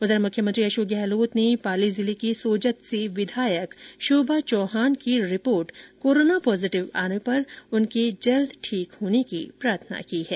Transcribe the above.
उधर मुख्यमंत्री अशोक गहलोत ने पाली जिले के सोजत से विधायक शोभा चौहान की रिपोर्ट कोरोना पॉजिटिव आने पर उनके जल्द ठीक होने की कामना की है